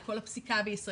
לכל הפסיקה בישראל,